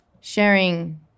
sharing